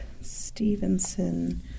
Stevenson